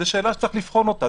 זו שאלה שצריך לבחון אותה,